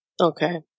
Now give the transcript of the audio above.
Okay